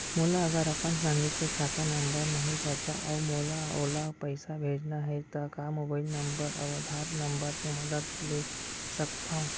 मोला अगर अपन संगी के खाता नंबर नहीं पता अऊ मोला ओला पइसा भेजना हे ता का मोबाईल नंबर अऊ आधार नंबर के मदद ले सकथव?